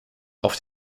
auf